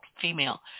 female